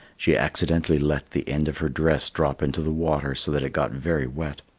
she accidentally let the end of her dress drop into the water so that it got very wet.